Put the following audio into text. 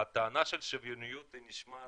הטענה של שוויוניות נשמעת קצת מוזרה.